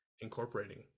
incorporating